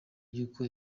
y’uko